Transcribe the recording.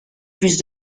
plus